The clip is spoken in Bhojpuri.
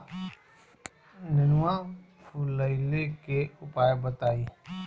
नेनुआ फुलईले के उपाय बताईं?